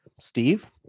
Steve